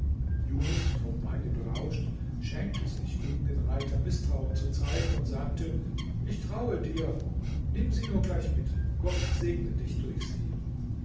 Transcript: junus vom weine berauscht schämte sich gegen den reiter mißtrauen zu zeigen und sagte ich traue dir nimm sie nur gleich mit gott segne dich durch sie